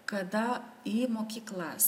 kada į mokyklas